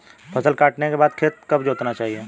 फसल काटने के बाद खेत कब जोतना चाहिये?